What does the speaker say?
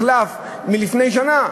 אני לא ידעתי שכל משרד החקלאות הוחלף לפני שנה.